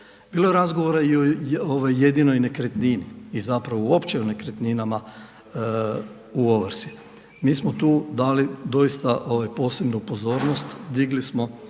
Bilo je razgovora i o jedinoj nekretnini i zapravo uopće o nekretninama u ovrsi. Mi smo tu dali doista posebnu pozornost, digli smo